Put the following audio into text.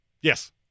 Yes